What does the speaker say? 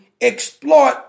exploit